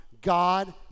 God